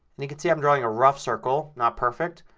and you can see i'm drawing a rough circle. not perfect.